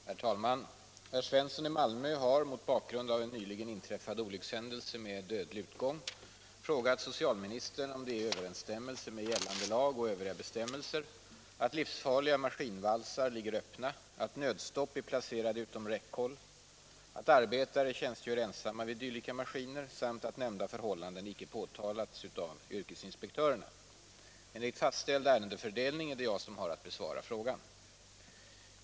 Herr talman! Herr Svensson i Malmö har — mot bakgrund av en nyligen inträffad olyckshändelse med dödlig utgång — frågat socialministern om det är i överensstämmelse med gällande lag och övriga bestämmelser att livsfarliga maskinvalsar ligger öppna, att nödstopp är placerade utom räckhåll, att arbetare tjänstgör ensamma vid dylika maskiner samt att nämnda förhållanden icke påtalats av yrkesinspektörerna. Enligt fastställd ärendefördelning är det jag som har att besvara frågan.